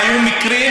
והיו מקרים,